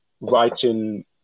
writing